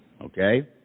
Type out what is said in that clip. okay